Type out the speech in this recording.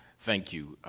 thank you.